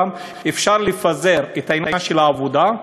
בכך גם אפשר לפזר בעניין העבודה.